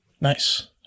Nice